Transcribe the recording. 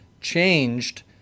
changed